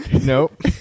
Nope